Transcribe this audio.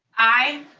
aye.